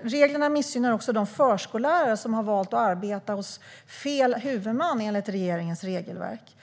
Reglerna missgynnar också de skickliga förskollärare som har valt att arbeta hos "fel" huvudman enligt regeringens regelverk.